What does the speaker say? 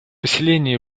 поселения